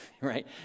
right